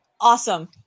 Awesome